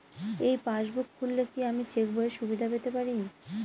এই পাসবুক খুললে কি আমি চেকবইয়ের সুবিধা পেতে পারি?